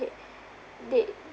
they they